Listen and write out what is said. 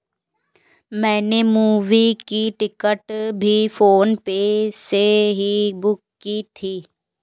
मैंने मूवी की टिकट भी फोन पे से ही बुक की थी